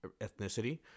ethnicity